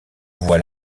voit